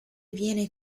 viene